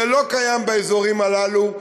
זה לא קיים באזורים הללו,